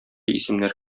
исемнәр